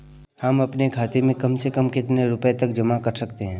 हम अपने खाते में कम से कम कितने रुपये तक जमा कर सकते हैं?